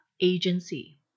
agency